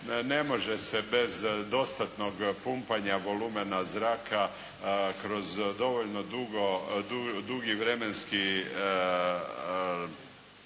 ne može se bez dostatnog pumpanja volumena zraka kroz dovoljno dugi vremenski